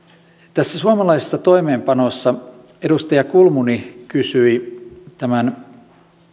tässä suomalaisessa toimeenpanossa edustaja kulmuni kysyi tämän